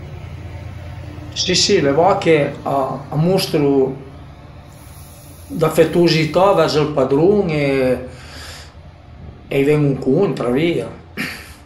Si si le vache a mustru d'afetuzità vers ël padrun e ven-u ëncuntra via